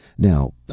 Now